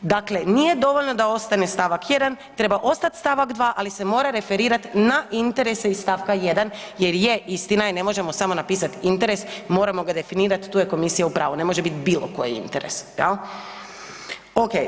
Dakle nije dovoljno da ostane stavak 1., treba ostati stavak 2. ali se mora referirati na interese iz stavka 1. jer je, istina je, ne možemo samo napisati interes, moramo ga definirat, tu je komisija u pravu, ne može bit bilokoji interes, jel'